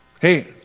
Hey